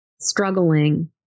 struggling